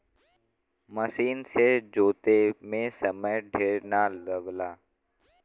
मसीन से जोते में समय ढेर ना लगला